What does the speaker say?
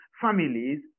families